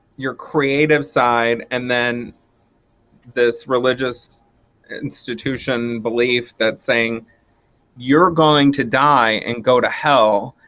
your creative side and then this religious institution belief that saying you're going to die and go to hell.